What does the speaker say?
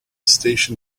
station